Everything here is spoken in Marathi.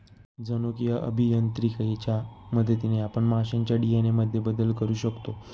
जनुकीय अभियांत्रिकीच्या मदतीने आपण माशांच्या डी.एन.ए मध्येही बदल करू शकतो